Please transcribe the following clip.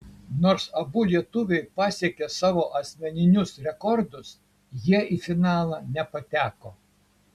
nors abu lietuviai pasiekė savo asmeninius rekordus jie į finalą nepateko